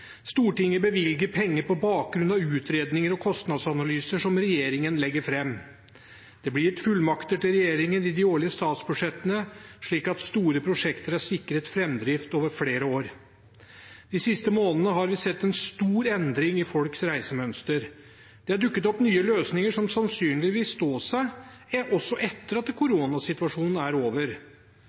Stortinget bevilger penger på bakgrunn av utredninger og kostnadsanalyser som regjeringen legger fram. Det blir gitt fullmakter til regjeringen i de årlige statsbudsjettene slik at store prosjekter er sikret framdrift over flere år. De siste månedene har vi sett en stor endring i folks reisemønster. Det har dukket opp nye løsninger som sannsynligvis vil stå seg også etter at koronasituasjonen er over.